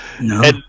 No